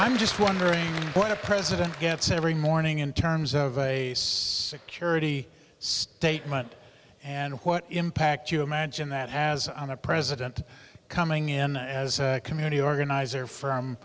i'm just wondering what a president gets every morning in terms of atheists security statement and what impact you imagine that has on a president coming in as a community organizer from